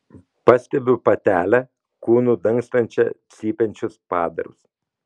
pastebiu patelę kūnu dangstančią cypiančius padarus